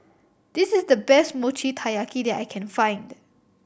this is the best Mochi Taiyaki that I can find